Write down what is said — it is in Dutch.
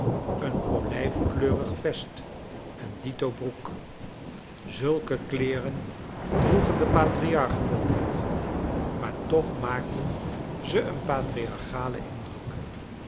een olijfkleurig vest en dito broek zulke kleeren droegen de patriarchen wel niet maar toch maakten ze een patriarchalen indruk